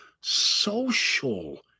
social